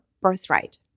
birthright